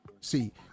See